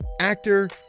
actor